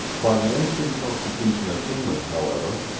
by the ancient constitution of england, however,